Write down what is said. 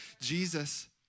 Jesus